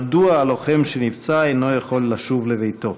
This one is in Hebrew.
מדוע הלוחם שנפצע אינו יכול לשוב לביתו?